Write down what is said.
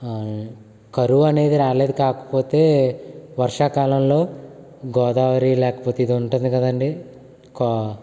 కరువు అనేది రాలేదు కాకపోతే వర్షాకాలంలో గోదావరి లేకపోతే ఇది ఉంటుంది కదండి